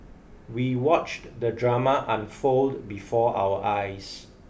we watched the drama unfold before our eyes